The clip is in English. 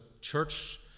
church